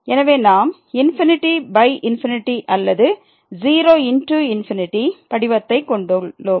எனவே நாம் ∞∞ அல்லது 0×∞ படிவத்தை க் கொண்டுள்ளோம்